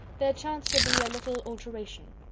there chanced to be a little alteration.